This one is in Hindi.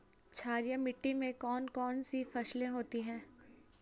क्षारीय मिट्टी में कौन कौन सी फसलें होती हैं?